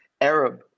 Arab